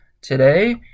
today